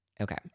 Okay